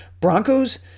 Broncos